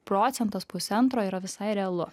procentas pusantro yra visai realu